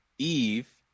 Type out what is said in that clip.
Eve